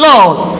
Lord